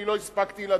אני לא הספקתי לדון.